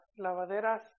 Lavaderas